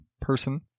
person